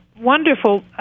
wonderful